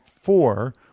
four